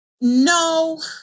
No